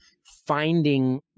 finding